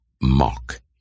mock